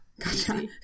Gotcha